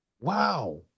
Wow